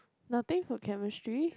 nothing for chemistry